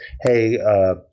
Hey